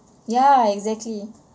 ya exactly